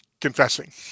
confessing